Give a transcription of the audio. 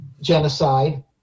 genocide